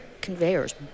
Conveyors